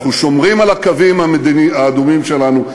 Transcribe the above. אנחנו שומרים על הקווים האדומים שלנו,